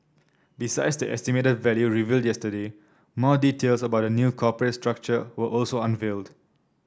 besides the estimated value revealed yesterday more details about the new corporate structure were also unveiled